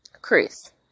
Chris